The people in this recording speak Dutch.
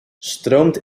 stroomt